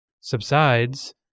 subsides